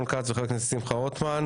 רון כץ ושמחה רוטמן.